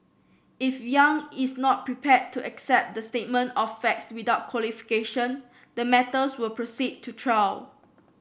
if Yang is not prepared to accept the statement of facts without qualification the matters will proceed to trial